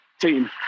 team